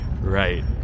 Right